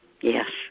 Yes